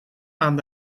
aan